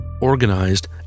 organized